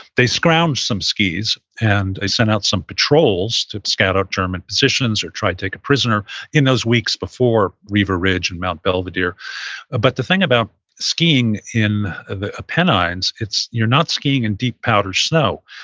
they scrounged some skis, and they sent out some patrols to scout out german positions or try to take a prisoner in those weeks before riva ridge and mount belvedere ah but the thing about skiing in the apennines, you're not skiing in deep powder snow.